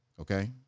Okay